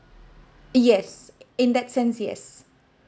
yes in that sense yes